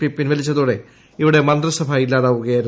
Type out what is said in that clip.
P പിൻവലിച്ചതോടെ ഇവിടെ മന്ത്രിസഭ ഇല്ലാതാകുകയായിരുന്നു